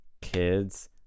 Kids